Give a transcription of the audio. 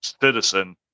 citizen